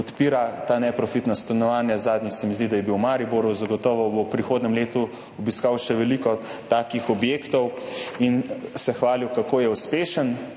odpira ta neprofitna stanovanja. Zadnjič, se mi zdi, je bil v Mariboru, zagotovo bo v prihodnjem letu obiskal še veliko takih objektov in se hvalil, kako je uspešen.